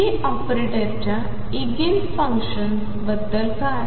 p ऑपरेटरच्या eigen function बद्दल काय